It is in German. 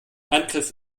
angriff